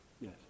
Yes